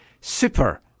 super